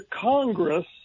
Congress